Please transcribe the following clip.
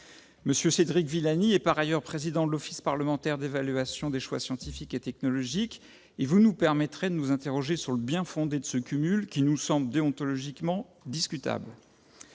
M. Cédric Villani est par ailleurs président de l'Office parlementaire d'évaluation des choix scientifiques et technologiques : vous nous permettrez par conséquent de nous interroger sur le bien-fondé de ce cumul, qui nous semble déontologiquement discutable.